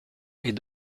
est